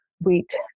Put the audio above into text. wheat